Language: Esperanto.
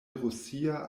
rusia